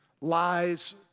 lies